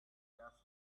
gas